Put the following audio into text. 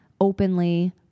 openly